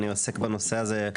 אני עוסק בנושא הזה,